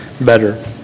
better